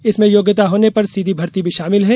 इसमें योग्यता होने पर सीधी भर्ती भी शामिल है